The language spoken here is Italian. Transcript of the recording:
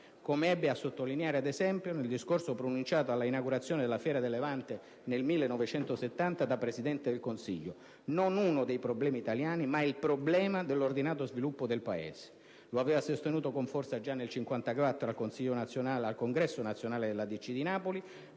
Come ebbe a sottolineare, ad esempio, nel discorso pronunciato all'inaugurazione della Fiera del Levante nel 1970 da Presidente del Consiglio: «non "uno" dei problemi italiani, ma "il" problema dell'ordinato sviluppo del Paese». Lo aveva sostenuto con forza già nel 1954 al Congresso nazionale della DC di Napoli,